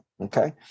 Okay